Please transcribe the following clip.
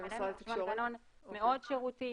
גם להן יש מנגנון מאוד שירותי,